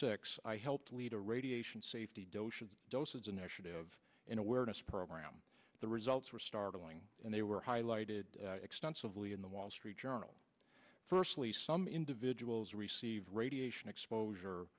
six i helped lead a radiation safety doses initiative in awareness program the results were startling and they were highlighted extensively in the wall street journal firstly some individuals receive radiation exposure